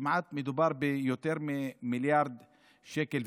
ומדובר ביותר ממיליארד שקל,